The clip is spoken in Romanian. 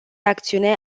acțiune